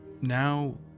now